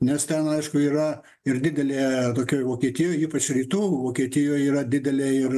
nes ten aišku yra ir didelė tokioj vokietijoj ypač rytų vokietijoj yra didelė ir